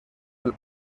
del